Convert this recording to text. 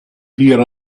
here